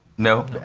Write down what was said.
no.